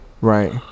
right